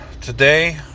today